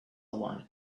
wanted